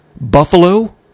Buffalo